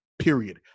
period